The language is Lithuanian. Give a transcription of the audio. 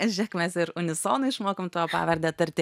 žėk mes ir unisonu išmokom tavo pavardę tarti